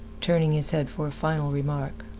turning his head for a final remark.